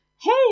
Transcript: hey